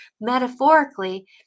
metaphorically